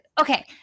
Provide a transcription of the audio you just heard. Okay